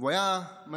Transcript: והוא היה מצביע